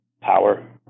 power